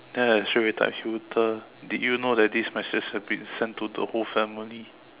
then I straight away text you the did you know that this message has been sent to the whole family